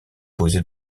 posé